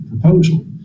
proposal